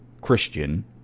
Christian